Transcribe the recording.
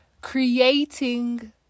creating